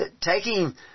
taking